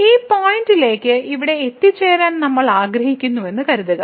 ഈ പോയിന്റിലേക്ക് ഇവിടെ എത്തിച്ചേരാൻ നമ്മൾ ആഗ്രഹിക്കുന്നുവെന്ന് കരുതുക